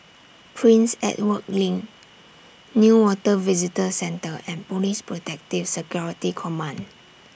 Prince Edward LINK Newater Visitor Centre and Police Protective Security Command